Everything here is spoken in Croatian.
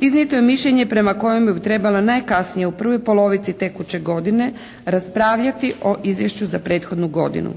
Iznijeto je mišljenje prema kojemu bi trebalo najkasnije u prvoj polovici tekuće godine raspravljati o izvješću za prethodnu godinu.